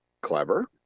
clever